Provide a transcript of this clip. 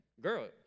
Girl